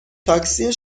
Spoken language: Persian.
تاکسی